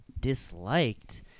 disliked